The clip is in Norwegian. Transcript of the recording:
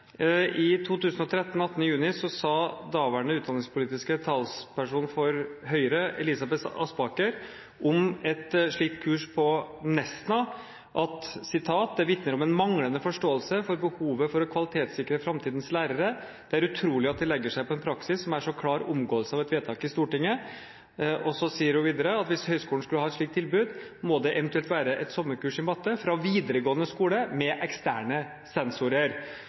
juni 2013 sa daværende utdanningspolitisk talsperson for Høyre, Elisabeth Aspaker, til aftenposten.no følgende om et slikt kurs på Nesna: «Det vitner om en manglende forståelse for behovet for å kvalitetssikre fremtidens lærere. Det er helt utrolig at de legger seg på en praksis som er en så klar omgåelse av et vedtak i Stortinget.» Hun sier videre: «Hvis høyskolen skal ha et slikt tilbud, må det eventuelt være et sommerkurs i matte fra videregående skole med eksterne sensorer.»